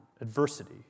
adversity